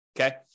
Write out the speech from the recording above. okay